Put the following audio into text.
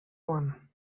one